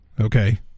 okay